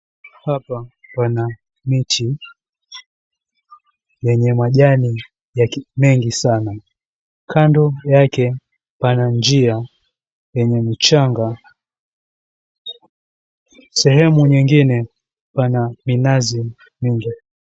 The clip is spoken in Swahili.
Hapa pana miti yenye majani mengi sana. Kando yake pana njia yenye mchanga. Sehemu nyingine pana minazi mingi.